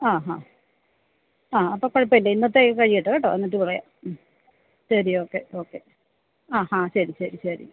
ആ ഹാ ആ അപ്പം കുഴപ്പമില്ല ഇന്നത്തെ ഇത് കഴിയട്ടെ കേട്ടോ എന്നിട്ട് പറയാം മ് ശരി ഓക്കെ ഓക്കെ ആ ഹാ ശരി ശരി ശരി